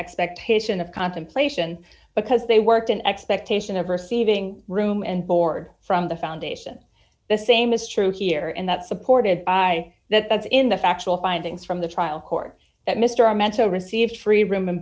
expectation of contemplation because they worked in expectation of receiving room and board from the foundation the same is true here and that supported by that as in the factual findings from the trial court that mr mental received free room and